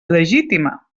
legítima